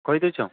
କହି ଦେଇଛ